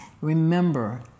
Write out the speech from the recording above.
Remember